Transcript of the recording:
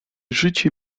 życie